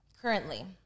currently